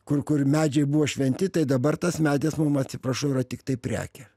kur kur medžiai buvo šventi tai dabar tas medis mum atsiprašau yra tiktai prekė